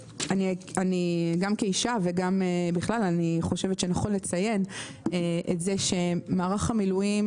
גם כאישה וגם בכלל אני חושבת שנכון לציין את זה שמערך המילואים,